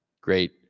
great